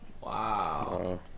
Wow